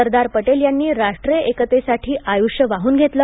सरदार पटेल यांनी राष्ट्रीय एकतेसाठी आयुष्य वाहून घेतलं